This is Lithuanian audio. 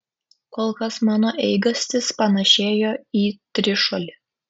kol kas mano eigastis panėšėjo į trišuolį